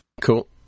Cool